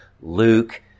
Luke